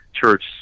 Church